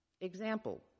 Example